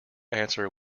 answer